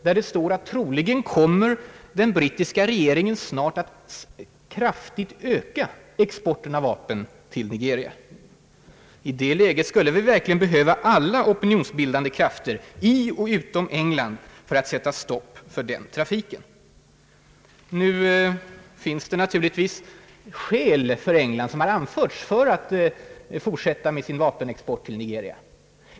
Där står det att den brittiska regeringen troligen snart kommer att kraftigt öka exporten av vapen till Nigeria. I det läget skulle vi verkligen behöva alla opinionsbildande krafter, i och utom England, för att sätta stopp för den trafiken. Det har naturligtvis anförts skäl för att England skall fortsätta med vapenexporten till Nigeria.